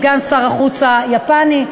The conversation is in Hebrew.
סגן שר החוץ היפני,